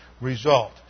result